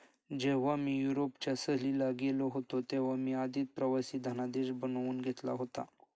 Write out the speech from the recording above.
जेव्हा मी युरोपच्या सहलीला गेलो होतो तेव्हा मी आधीच प्रवासी धनादेश बनवून घेतला होता